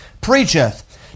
preacheth